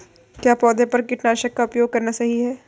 क्या पौधों पर कीटनाशक का उपयोग करना सही है?